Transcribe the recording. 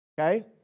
Okay